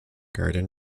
garden